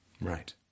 Right